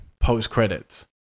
Post-credits